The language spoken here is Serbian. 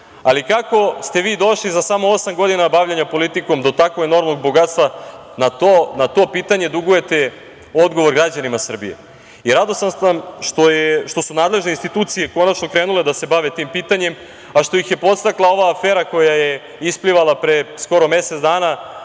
ali kako ste vi došli za samo osam godina bavljenja politikom do tako enormnog bogatstva, na to pitanje dugujete odgovor građanima Srbije. Radostan sam što su nadležne institucije konačno krenule da se bave tim pitanjem, a što ih je podstakla ova afera koja je isplivala pre skoro mesec dana,